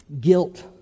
Guilt